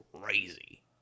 crazy